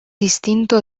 distinto